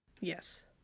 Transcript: yes